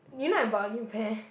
you know I bought a new pair